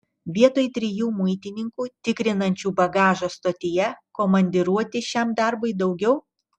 vietoj trijų muitininkų tikrinančių bagažą stotyje komandiruoti šiam darbui daugiau